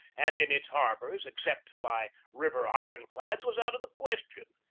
and in its harbors, except by river iron-clads, was out of the question.